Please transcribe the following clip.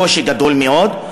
קושי גדול מאוד,